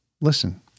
listen